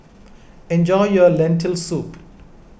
enjoy your Lentil Soup